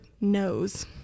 knows